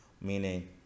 Meaning